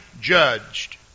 judged